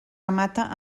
remata